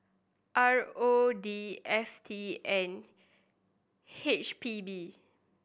R O D F T and H P B